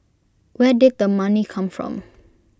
where did the money come from